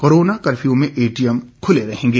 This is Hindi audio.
कोरोना कर्फ्यू में एटीएम खुले रहेंगे